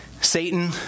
Satan